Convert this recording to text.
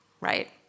right